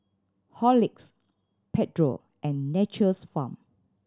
Horlicks Pedro and Nature's Farm